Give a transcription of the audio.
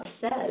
says